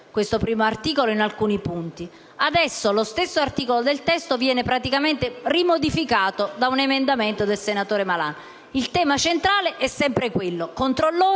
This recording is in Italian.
Il tema centrale è sempre lo